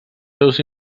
seus